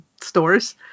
stores